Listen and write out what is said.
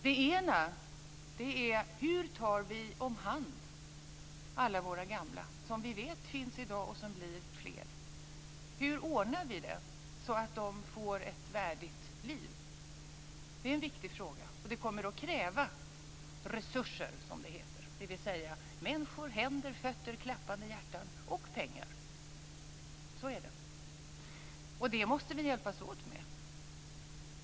Den ena är: Hur tar vi hand om alla våra gamla som finns i dag och som blir fler? Hur ordnar vi så att de får ett värdigt liv? Det är en viktig fråga. Det kommer att kräva resurser, som det heter, dvs. människor, händer, fötter, klappande hjärtan och pengar. Så är det. Det här måste vi hjälpas åt med.